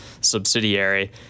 subsidiary